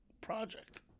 Project